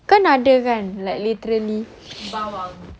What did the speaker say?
a'ah kan ada kan like literally